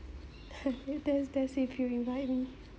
if that's that's if you invite me